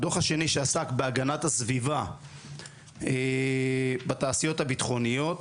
הדוח השני שעסק בהגנת הסביבה בתעשיות הביטחוניות,